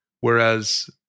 Whereas